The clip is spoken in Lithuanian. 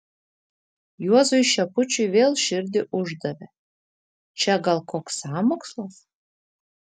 juozui šepučiui vėl širdį uždavė čia gal koks sąmokslas